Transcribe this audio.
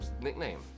nickname